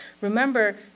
Remember